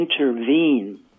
intervene